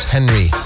Henry